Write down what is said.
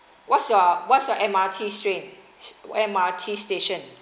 what's your what's your M_R_T train M_R_T station